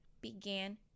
began